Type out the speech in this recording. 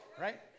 Right